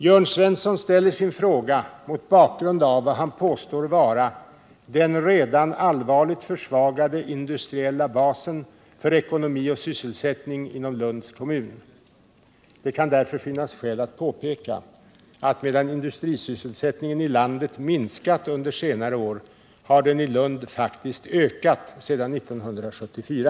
Jörn Svensson ställer sin fråga mot bakgrund av vad han påstår vara ”den redan allvarligt försvagade industriella basen för ekonomi och sysselsättning inom Lunds kommun”. Det kan därför finnas skäl att påpeka att medan industrisysselsättningen i landet minskat under senare år har den i Lund faktiskt ökat sedan 1974.